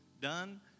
done